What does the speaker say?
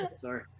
Sorry